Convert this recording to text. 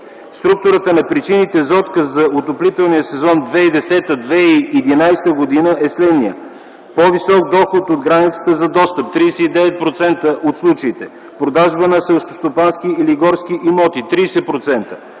Структурата на причините за отказ за отоплителния сезон 2010-2011 г. е следният: по-висок доход от границата за достъп – 39% от случаите; продажба на селскостопански или горски имоти – 30%;